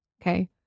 Okay